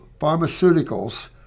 pharmaceuticals